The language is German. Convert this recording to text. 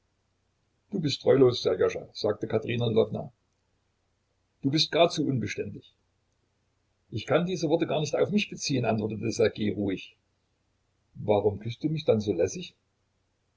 du bist treulos sserjoscha sagte katerina lwowna du bist gar zu unbeständig ich kann diese worte gar nicht auf mich beziehen antwortete ssergej ruhig warum küßt du mich dann so lässig